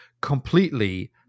completely